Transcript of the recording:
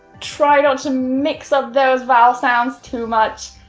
try not to mix up those vowel sounds too much,